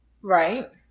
Right